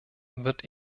wird